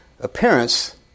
appearance